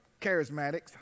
charismatics